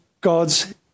God's